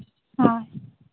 ᱦᱮᱸ